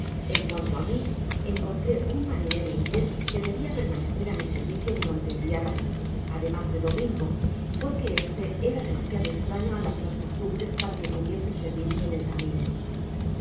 en cuanto á mi encontré un marinero inglés que debia permanecer a mi servicio durante el viaje además de domingo porque este era demasiado estrañoá nuestras costumbres para que pudiese servirme en el camino